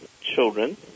children